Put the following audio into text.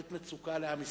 עת מצוקה לעם ישראל.